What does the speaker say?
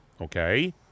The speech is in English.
okay